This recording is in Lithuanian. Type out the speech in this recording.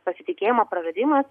pasitikėjimo praradimas